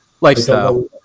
lifestyle